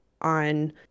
on